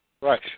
Right